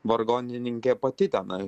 vargonininkė pati tenai